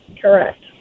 Correct